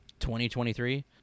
2023